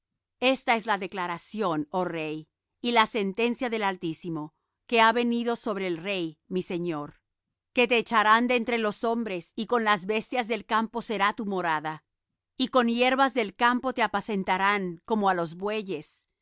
esta es la declaración oh rey y la sentencia del altísimo que ha venido sobre el rey mi señor que te echarán de entre los hombres y con las bestias del campo será tu morada y con hierba del campo te apacentarán como á los bueyes